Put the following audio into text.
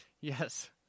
Yes